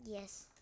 Yes